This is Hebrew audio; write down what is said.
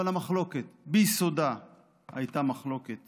אבל המחלוקת ביסודה הייתה מחלוקת